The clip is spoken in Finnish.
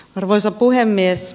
arvoisa puhemies